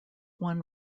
one